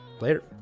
later